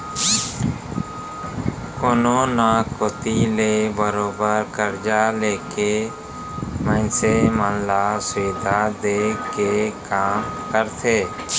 कोनो न कोती ले बरोबर करजा लेके मनसे मन ल सुबिधा देय के काम करथे